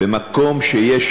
במקום שיש